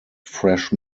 fresh